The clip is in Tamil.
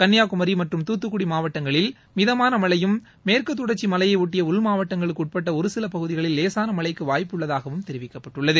கன்னியாகுமரி மற்றும் தூத்துக்குடி மாவட்டங்களில் மிதமான மழையும் மேற்கு தொடர்ச்சி மலையெயொட்டிய உள்மாவட்டங்களுக்கு உட்பட்ட ஒரு சில பகுதிகளில் லேசான மழைக்கும் வாய்ப்பு உள்ளதாகவும் தெரிவிக்கப்பட்டுள்ளது